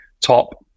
Top